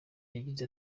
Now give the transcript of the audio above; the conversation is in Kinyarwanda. yagize